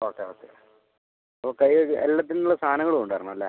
okay okay അപ്പം കൈ കഴുകാൻ എല്ലാത്തിനും ഉള്ള സാധനങ്ങൾ കൊണ്ടുവരണം അല്ലേ